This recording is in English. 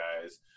guys